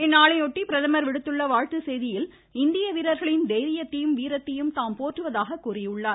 இந்நாளையொட்டி பிரதமர் விடுத்துள்ள வாழ்த்துச் செய்தியில் இந்திய வீரர்களின் தைரியத்தையும் வீரத்தையும் தாம் போற்றுவதாக கூறியுள்ளார்